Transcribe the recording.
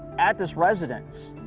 at this residence.